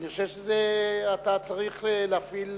אני חושב שאתה צריך להפעיל,